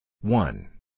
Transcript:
One